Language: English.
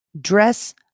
Dress